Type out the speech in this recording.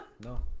no